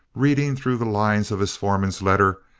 reading through the lines of his foreman's letter,